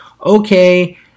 okay